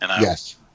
Yes